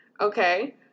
okay